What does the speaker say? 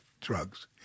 drugs